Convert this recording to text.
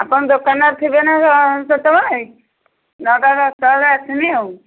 ଆପଣ ଦୋକାନରେ ଥିବେ ନା ସେତବେଳେ ନଅଟା ଦଶଟା ବେଳେ ଆସିବି ଆଉ